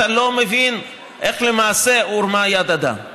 אתה לא מבין איך למעשה הורמה יד אדם.